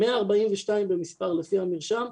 142 במספר לפי המרשם,